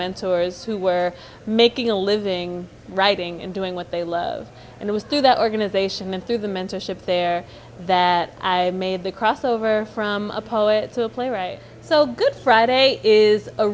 mentors who were making a living writing and doing what they love and it was through that organization and through the mentorship there that i made the crossover from a poet to a playwright so good friday is a